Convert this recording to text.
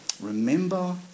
remember